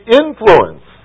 influence